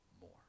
more